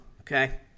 Okay